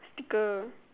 sticker